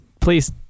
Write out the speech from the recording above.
Please